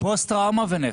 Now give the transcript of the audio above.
פוסט טראומה ונפש.